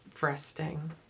resting